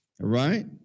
right